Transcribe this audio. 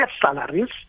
salaries